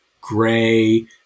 gray